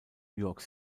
york